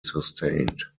sustained